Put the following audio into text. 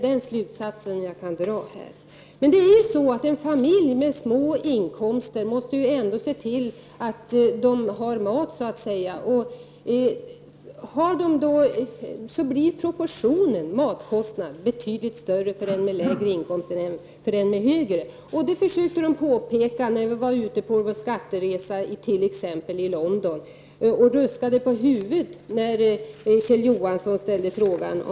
Den slutsatsen kan man dra här. En familj med små inkomster måste ändå se till att den får mat. Matkostnaderna blir betydligt större i förhållande tilllönen för en familj med låga inkomster än för en familj med höga inkomster. Det försökte man påpeka t.ex. i London när vi var ute på vår skatteresa. Man ruskade på huvudet när Kjell Johansson ställde frågan om matmomsen. Prot.